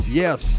yes